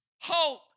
hope